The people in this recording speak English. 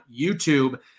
YouTube